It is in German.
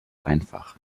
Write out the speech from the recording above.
einfach